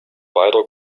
beider